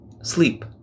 sleep